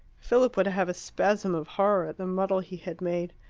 philip would have a spasm of horror at the muddle he had made.